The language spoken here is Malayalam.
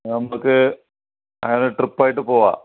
നമുക്ക് അങ്ങനെ ട്രിപ്പ് ആയിട്ട് പോവാം